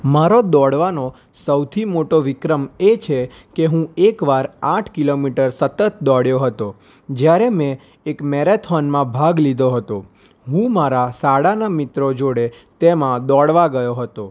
મારો દોડવાનો સૌથી મોટો વિક્રમ એ છે કે હું એકવાર આઠ કિલોમીટર સતત દોડ્યો હતો જ્યારે મેં એક મેરાથોનમાં ભાગ લીધો હતો હું મારા શાળાના મિત્રો જોડે તેમાં દોડવા ગયો હતો